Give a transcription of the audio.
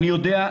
אני יודע,